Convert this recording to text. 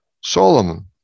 Solomon